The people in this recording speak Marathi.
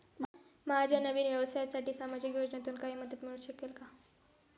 माझ्या नवीन व्यवसायासाठी सामाजिक योजनेतून काही मदत मिळू शकेल का?